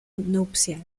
nupcial